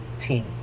team